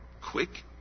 quick